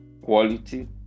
quality